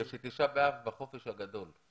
בגלל ש-ט' באב בחופש הגדול.